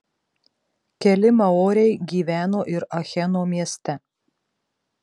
keli maoriai gyveno ir acheno mieste